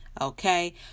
Okay